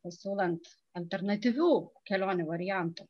pasiūlant alternatyvių kelionių variantų